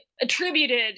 attributed